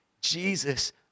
Jesus